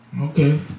Okay